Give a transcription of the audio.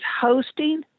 hosting